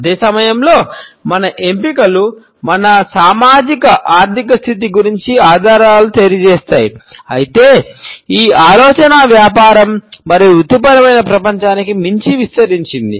అదే సమయంలో మన ఎంపికలు మన సామాజిక ఆర్థిక స్థితి గురించి ఆధారాలు తెలియజేస్తాయి అయితే ఈ ఆలోచన వ్యాపారం మరియు వృత్తిపరమైన ప్రపంచానికి మించి విస్తరించింది